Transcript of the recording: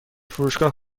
فروشگاه